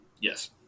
Yes